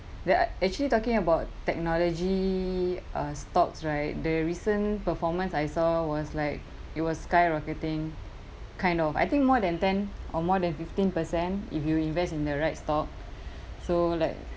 there uh actually talking about technology uh stocks right the recent performance I saw was like it was skyrocketing kind of I think more than ten or more than fifteen percent if you invest in the right stock so like